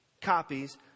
copies